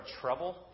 trouble